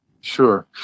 sure